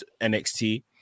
nxt